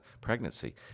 pregnancy